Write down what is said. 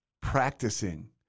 practicing